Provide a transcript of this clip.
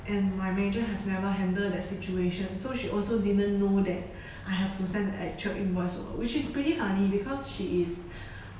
and my manager have never handle that situation so she also didn't know that I have to send the actual invoice over which is pretty funny because she is